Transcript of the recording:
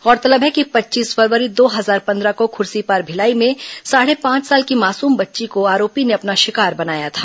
गौरतलब है कि पच्चीस फरवरी दो हजार पंद्रह को खुर्सीपार भिलाई में साढ़े पांच साल की मासूम बच्ची को आरोपी ने अपना शिकार बनाया था